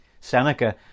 Seneca